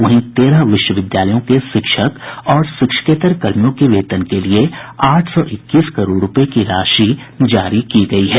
वहीं तेरह विश्वविद्यालयों के शिक्षक और शिक्षकेतर कर्मियों के वेतन के लिए आठ सौ इक्कीस करोड़ रूपये की राशि जारी की गयी है